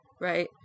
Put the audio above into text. right